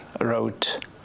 wrote